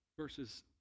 Verses